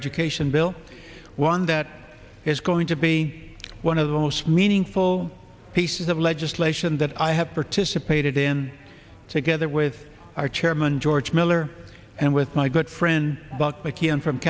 education bill one that is going to be one of the most meaningful pieces of legislation that i have participated in together with our chairman george miller and with my good friend bu